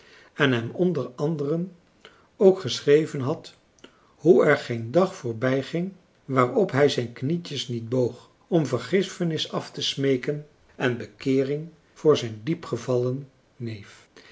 en hem onder anderen ook geschreven had hoe er geen dag voorbij ging waarop hij zijn knietjes niet boog om vergiffenis af te smeeken en bekeering voor zijn diepgevallen neef